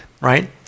right